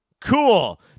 Cool